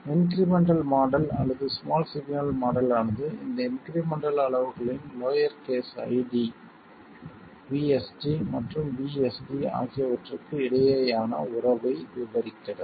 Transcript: incremental model அல்லது small signal model ஆனது இந்த இன்க்ரிமெண்டல் அளவுகளின் lower case ID V SG மற்றும் V SD ஆகியவற்றுக்கு இடையேயான உறவை விவரிக்கிறது